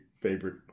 favorite